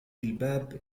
الباب